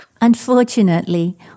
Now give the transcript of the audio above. Unfortunately